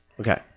okay